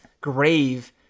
grave